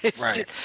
Right